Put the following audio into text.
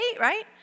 right